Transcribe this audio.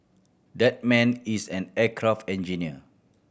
that man is an aircraft engineer